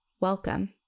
Welcome